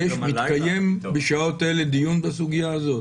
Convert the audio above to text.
מתקיים בשעות אלו דיון בסוגיה הזאת?